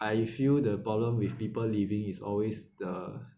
I feel the problem with people leaving is always the